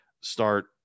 start